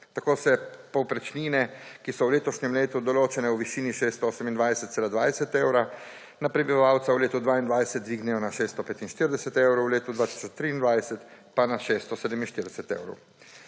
Tako se povprečnine, ki so v letošnjem letu določene v višini 628,20 evra na prebivalca, v letu 2022 dvignejo na 645 evrov, v letu 2023 pa na 647 evrov.